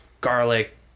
garlic